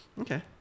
Okay